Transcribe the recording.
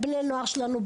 בני הנוער שלנו,